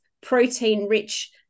protein-rich